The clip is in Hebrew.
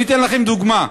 אני אתן לכם דוגמה: